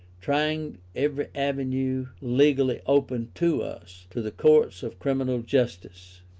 trying every avenue legally open to us, to the courts of criminal justice.